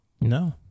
No